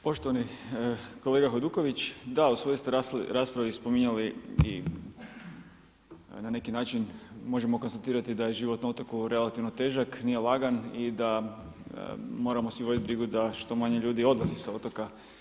Poštovani kolega Hajduković, da u svojoj ste raspravi spominjali i na neki način možemo konstatirati da je život na otoku relativno težak, nije lagan i da moramo svi voditi brigu da što manje ljudi odlaze s otoka.